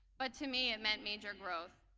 but to me it meant major growth.